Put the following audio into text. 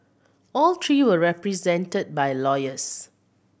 all three were represented by lawyers